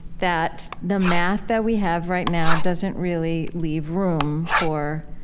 that the math that we have right now doesn't really leave room for